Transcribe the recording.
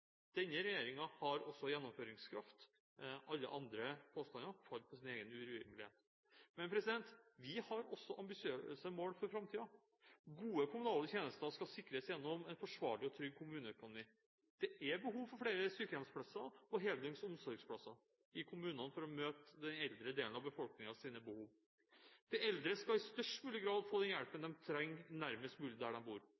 Denne regjeringen har også gjennomføringskraft, alle andre påstander faller på sin egen urimelighet. Men vi har også ambisiøse mål for framtiden. Gode kommunale tjenester skal sikres gjennom en forsvarlig og trygg kommuneøkonomi. Det er behov for flere sykehjemsplasser og heldøgns omsorgsplasser i kommunene for å møte den eldre delen av befolkningens behov. De eldre skal i størst mulig grad få den hjelpen de trenger, nærmest mulig der de bor.